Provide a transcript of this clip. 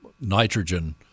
nitrogen